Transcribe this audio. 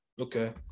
Okay